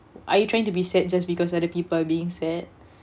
are you trying to be sad just because other people being sad